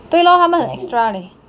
对咯他们很 extra leh